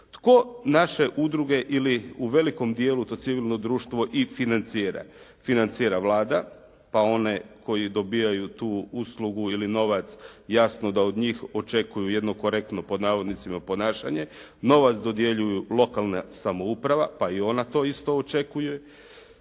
Tko naše udruge ili u velikom dijelu to civilno društvo i financira? Financira Vlada pa one koji dobijaju tu uslugu ili novac, jasno da od njih očekuju jedno korektno pod navodnicima, ponašanje. Novac dodjeljuje lokalna samouprava pa i ona to isto očekuje.